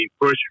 push